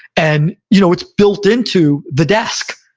and you know, it's built into the desk,